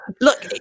Look